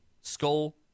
Skull